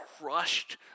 crushed